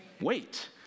Wait